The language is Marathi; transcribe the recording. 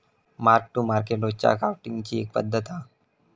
मार्क टू मार्केट रोजच्या अकाउंटींगची एक पद्धत हा